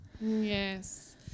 yes